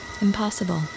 impossible